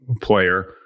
player